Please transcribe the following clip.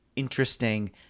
interesting